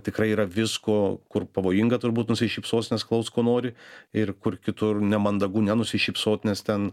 tikrai yra visko kur pavojinga turbūt nusišypsos nes klaus ko nori ir kur kitur nemandagu nenusišypsot nes ten